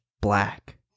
black